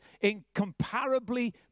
incomparably